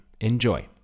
Enjoy